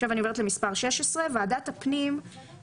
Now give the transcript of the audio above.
אני עוברת למס' 16. ועדת הפנים תקבל